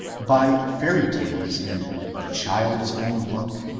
by fairy tales in the child's own book,